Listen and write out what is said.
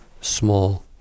small